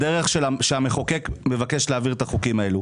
בדרך שהמחוקק מבקש להעביר את החוקים האלה.